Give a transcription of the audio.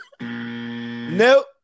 Nope